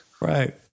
Right